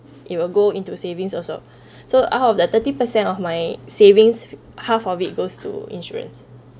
it will go into savings also so out of the thirty percent of my savings half of it goes to insurance